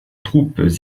troupes